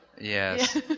Yes